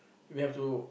we have to